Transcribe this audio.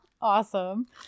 Awesome